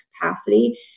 capacity